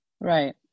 Right